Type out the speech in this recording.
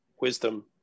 wisdom